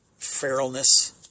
feralness